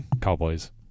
Cowboys